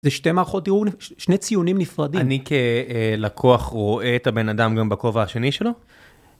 זה שתי מערכות דיון, שני ציונים נפרדים. אני כלקוח רואה את הבן אדם גם בכובע השני שלו.